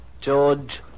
George